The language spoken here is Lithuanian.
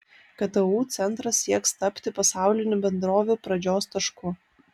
ktu centras sieks tapti pasaulinių bendrovių pradžios tašku